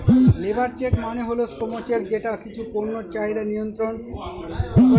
labour check মানে হল শ্রম চেক যেটা কিছু পণ্যের চাহিদা মিয়ন্ত্রন করে